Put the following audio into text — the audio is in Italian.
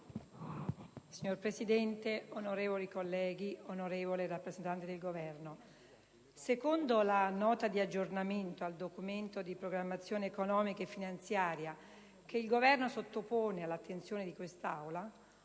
Signor Presidente, onorevoli colleghi, onorevole rappresentante del Governo, secondo la Nota di aggiornamento al Documento di programmazione economico-finanziaria che il Governo sottopone all'attenzione di quest'Aula,